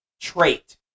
trait